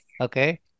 okay